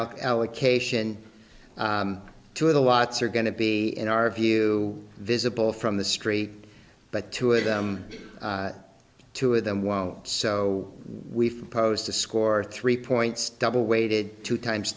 out allocation to the watts are going to be in our view visible from the street but two of them two of them won't so we've posed to score three points double weighted two times